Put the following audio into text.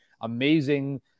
amazing